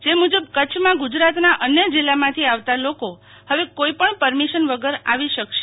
જે મુજબ કચ્છમાં ગુજરાતના અન્ય જિલ્લામાંથી આવતા લોકો હવે કોઈપણ પરમિશન વગર આવી શકશે